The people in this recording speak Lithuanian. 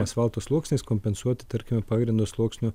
asfalto sluoksniais kompensuoti tarkime pagrindo sluoksnio